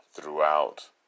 throughout